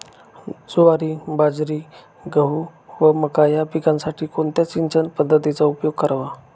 ज्वारी, बाजरी, गहू व मका या पिकांसाठी कोणत्या सिंचन पद्धतीचा उपयोग करावा?